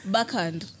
Backhand